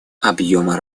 объема